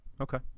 Okay